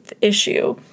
issue